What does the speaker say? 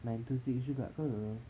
nine to six juga ke